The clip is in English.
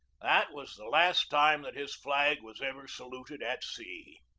that was the last time that his flag was ever saluted at sea.